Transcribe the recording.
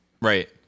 Right